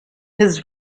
his